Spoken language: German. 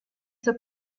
zur